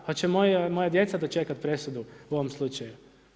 Hoće moja djeca dočekat presudu u ovom slučaju?